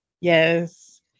Yes